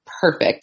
perfect